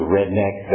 Redneck